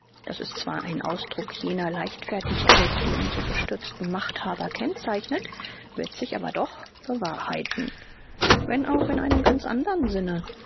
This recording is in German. das ist zwar ein ausdruck jener leichtfertigkeit die unsere gestürzten machthaber kennzeichnet wird sich aber doch bewahrheiten wenn auch in einem ganz andern sinne